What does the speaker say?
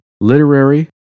literary